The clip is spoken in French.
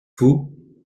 vous